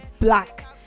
black